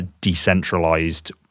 decentralized